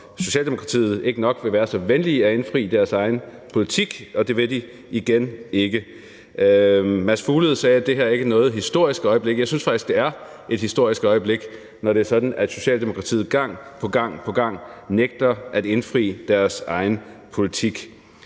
Socialdemokratiet ikke nok vil være så venlige at indfri deres egen politik – og det vil de igen ikke. Hr. Mads Fuglede sagde, at det her ikke er noget historisk øjeblik. Jeg synes faktisk, at det er et historisk øjeblik, når det er sådan, at Socialdemokratiet gang på gang nægter at indfri deres egen politik.